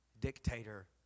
dictator